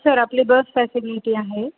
sir आपली bus facility आहे